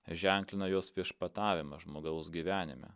ženklina jos viešpatavimą žmogaus gyvenime